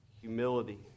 humility